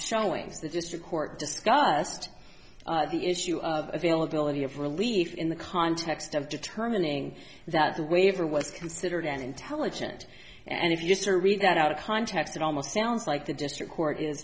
showings the district court discussed the issue of availability of relief in the context of determining that the waiver was considered an intelligent and if you just to read that out of context it almost sounds like the district court is